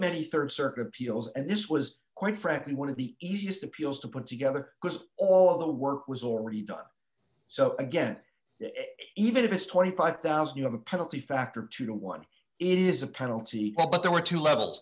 many rd circuit appeals and this was quite frankly one of the easiest appeals to put together because all of the work was already done so again even if it's twenty five thousand dollars you have a penalty factor too don't one is a penalty but there were two levels